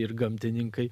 ir gamtininkai